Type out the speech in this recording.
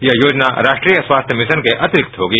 यह योजना राष्ट्रीय स्वास्थ्य मिशन अतिरिक्त होगी